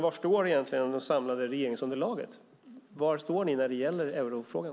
Var står egentligen det samlade regeringsunderlaget? Var står ni när det gäller eurofrågan?